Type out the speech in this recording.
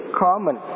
common